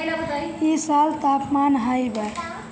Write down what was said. इ साल तापमान हाई बा